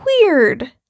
weird